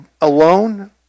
alone